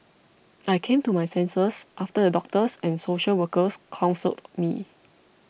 I came to my senses after the doctors and social workers counselled me